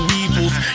evils